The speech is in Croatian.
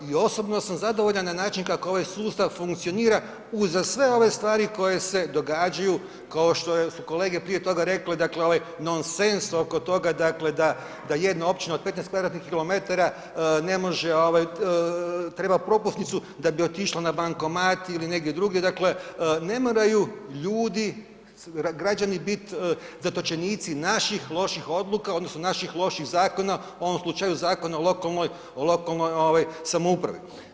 I osobno sam zadovoljan na način kako ovaj sustav funkcionira uza sve ove stvari koje se događaju kao što su kolege prije toga rekle, dakle ovaj nonsens oko toga, dakle da, da jedna općina od 15 kvadratnih kilometara ne može ovaj, treba propusnicu da bi otišla na bankomat ili negdje drugdje, dakle ne moraju ljudi, građani bit zatočenici naših loših odluka odnosno naših loših zakona, u ovom slučaju Zakona o lokalnoj, o lokalnoj ovaj samoupravi.